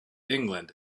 england